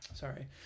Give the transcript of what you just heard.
sorry